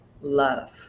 love